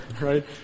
right